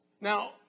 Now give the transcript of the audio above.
Now